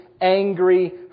angry